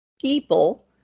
people